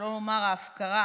שלא לומר ההפקרה,